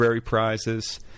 prizes